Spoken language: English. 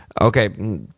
okay